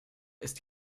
ist